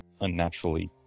unnaturally